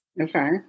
Okay